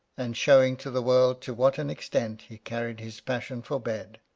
and showing to the world to what an extent he carried his passion for bed.